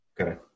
Okay